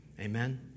Amen